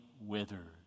withered